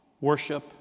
worship